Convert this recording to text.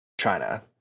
China